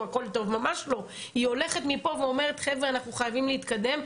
שהכל טוב אלא היא הולכת מפה ואמרת שהם חייבים להתקדם,